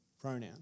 pronoun